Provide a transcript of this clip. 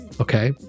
Okay